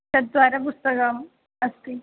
चत्वारः पुस्तकम् अस्ति